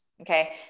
Okay